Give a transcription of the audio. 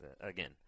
Again